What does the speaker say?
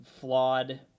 flawed